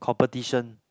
competition